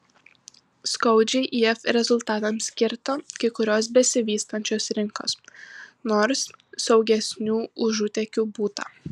skaudžiai if rezultatams kirto kai kurios besivystančios rinkos nors saugesnių užutėkių būta